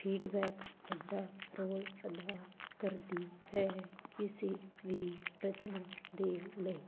feedback ਵੱਡਾ role ਅਦਾ ਕਰਦੀ ਹੈ ਕਿਸੇ ਵੀ ਰਚਨਾ ਦੇ ਲਈ